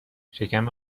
شکم